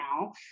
now